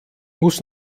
muss